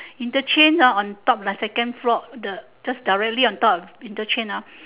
interchange uh on top like second floor the just directly on top of interchange ah